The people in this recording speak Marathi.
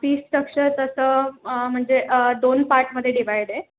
फी स्ट्रक्चर तसं म्हणजे दोन पार्टमध्ये डिव्हाइड आहे